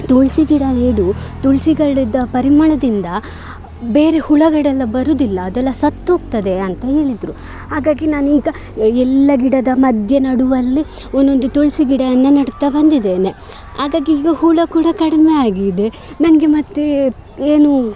ತುಳಸಿ ಗಿಡ ಇಡು ತುಳಸಿ ಗಿಡದ ಪರಿಮಳದಿಂದ ಬೇರೆ ಹುಳಗಳೆಲ್ಲ ಬರುವುದಿಲ್ಲ ಅದೆಲ್ಲ ಸತ್ತುಹೋಗ್ತದೆ ಅಂತ ಹೇಳಿದ್ರು ಹಾಗಾಗಿ ನಾನೀಗ ಎಲ್ಲ ಗಿಡದ ಮಧ್ಯೆ ನಡುವಲ್ಲಿ ಒಂದೊಂದು ತುಳಸಿ ಗಿಡವನ್ನು ನೆಡ್ತಾ ಬಂದಿದ್ದೇನೆ ಹಾಗಾಗಿ ಈಗ ಹುಳು ಕೂಡ ಕಡಿಮೆ ಆಗಿದೆ ನನಗೆ ಮತ್ತು ಏನೂ